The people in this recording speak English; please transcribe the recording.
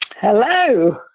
Hello